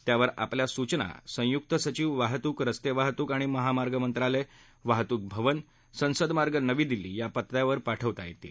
त्यावर आपल्या सूचना संय्क्त सचीव वाहतूक रस्ते वाहतूक आणि महामार्ग मंत्रालय वाहतूक भवन संसद मार्ग नवी दिल्ली या पत्यावर पाठवता येतील